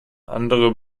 andere